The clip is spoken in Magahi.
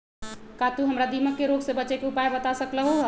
का तू हमरा दीमक के रोग से बचे के उपाय बता सकलु ह?